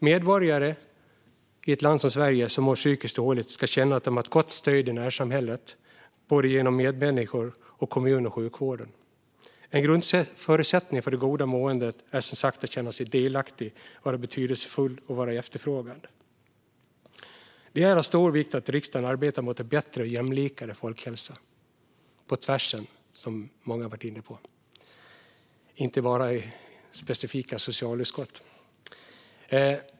Medborgare i Sverige som mår psykiskt dåligt ska känna att de har ett gott stöd i närsamhället, genom medmänniskor och genom kommun och sjukvård. En grundförutsättning för det goda måendet handlar som sagt om att känna sig delaktig, vara betydelsefull och vara efterfrågad. Det är av stor vikt att riksdagen arbetar mot en bättre och jämlikare folkhälsa - på tvären, som många har varit inne på, och inte bara i socialutskottet.